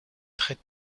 très